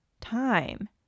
time